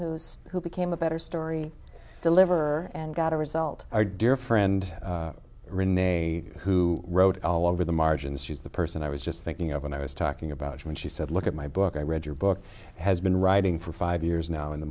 who's who became a better story deliver and got a result our dear friend written a who wrote it all over the margins she's the person i was just thinking of when i was talking about when she said look at my book i read your book has been writing for five years now in the